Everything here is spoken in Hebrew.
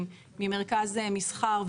שמדברים עליהם